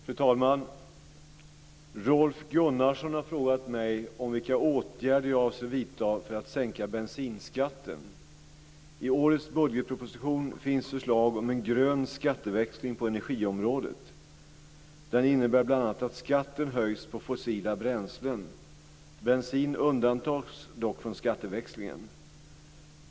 Fru talman! Rolf Gunnarsson har frågat mig vilka åtgärder jag avser vidta för att sänka bensinskatten. I årets budgetproposition finns förslag om en grön skatteväxling på energiområdet. Den innebär bl.a. att skatten höjs på fossila bränslen. Bensin undantas dock från skatteväxlingen.